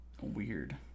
Weird